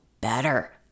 better